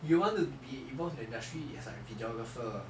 you want to be involved in the industry as like videographer